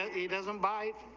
ah a dozen by